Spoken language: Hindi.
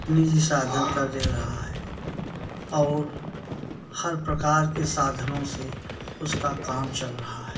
निजी साधन कर ले रहा है और हर प्रकार के साधनों से उसका काम चल रहा है